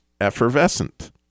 effervescent